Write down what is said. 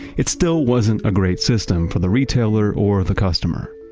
it still wasn't a great system for the retailer or the customer